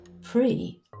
free